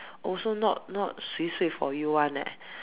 also not not swee swee for you [one] leh